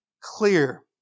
clear